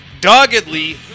doggedly